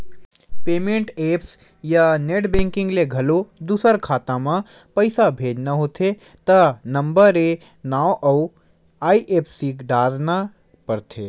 payment apps या net banking ले घलो दूसर खाता म पइसा भेजना होथे त नंबरए नांव अउ आई.एफ.एस.सी डारना परथे